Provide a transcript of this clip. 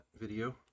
video